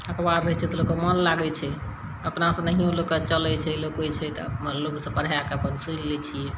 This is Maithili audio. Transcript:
अखबार रहै छै तऽ लोकके मोन लागै छै अपनासे नहिओँ लोकके चलै छै लौकै छै तऽ अपन लोकसे पढ़ैके अपन सुनि लै छिए